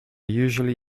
usually